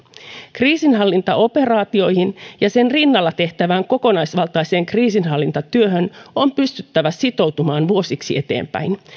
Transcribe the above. kriisinhallintaoperaatioihin ja sen rinnalla tehtävään kokonaisvaltaiseen kriisinhallintatyöhön on pystyttävä sitoutumaan vuosiksi eteenpäin